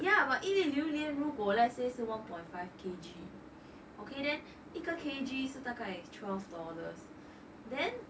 ya but 一粒榴莲如果 let's say 是 one point five K_G okay then 一个 K_G 大概 twelve dollars then